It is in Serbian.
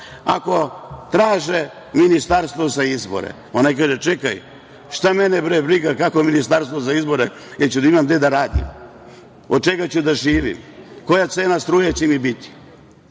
ako traže ministarstvo za izbore, a onaj kaže – šta mene briga, kakvo ministarstvo za izbore, hoću li imati gde da radim, od čega ću da živim, koja cena struje će mi biti